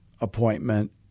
appointment